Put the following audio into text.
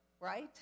right